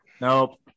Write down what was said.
Nope